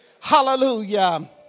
Hallelujah